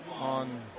on